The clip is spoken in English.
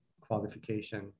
qualification